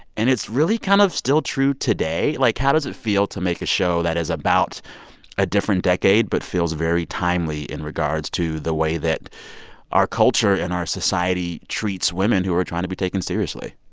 and it's really kind of still true today. like, how does it feel to make a show that is about a different decade but feels very timely in regards to the way that our culture and our society treats women who are trying to be taken seriously?